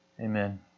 amen